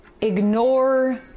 ignore